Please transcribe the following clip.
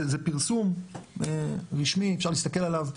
זה פרסום רשמי, ואפשר להסתכל עליו.